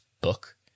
book